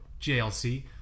JLC